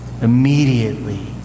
immediately